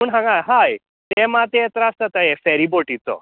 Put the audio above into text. पूण हांगा हाय तें मात यें त्रास जाता यें फॅरीबोटीचो